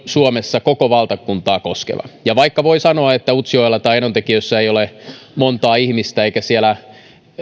suomessa koko valtakuntaa koskeva ja vaikka voin sanoa että utsjoella tai enontekiössä ei ole montaa ihmistä eikä siellä